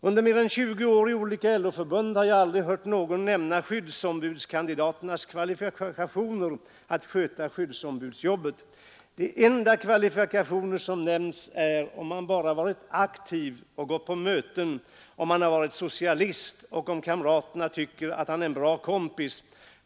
Under mer än 20 år i olika LO-förbund har jag aldrig hört någon nämna skyddsombudskandidaternas kvalifikationer att sköta skyddsombudsjobbet. De enda kvalifikationer som nämnts är om han har varit aktiv och gått på möten, om han har varit socialist och om kamraterna tycker att han är en bra kompis.